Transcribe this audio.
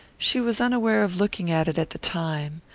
she was unaware of looking at it at the time,